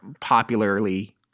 popularly